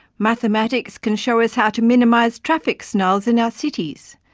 mathematics can show us how to minimize traffic snarls in our cities,